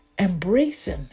embracing